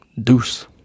Deuce